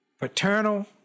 paternal